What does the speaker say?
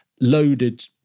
loaded